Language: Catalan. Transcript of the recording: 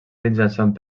mitjançant